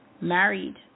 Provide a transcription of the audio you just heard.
married